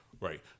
Right